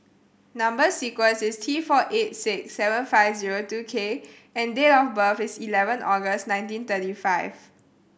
number sequence is T four eight six seven five zero two K and date of birth is eleven August nineteen thirty five